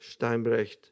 Steinbrecht